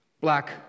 Black